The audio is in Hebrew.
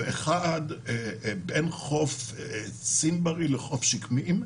ואחד בין חוף צימברי לחוף שקמים,